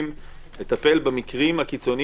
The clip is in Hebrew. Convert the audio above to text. תודה, אדוני היושב בראש.